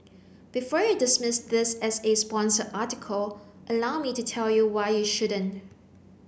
before you dismiss this as a sponsored article allow me to tell you why you shouldn't